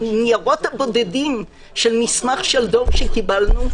בניירות הבודדים של מסמך דור שקיבלנו,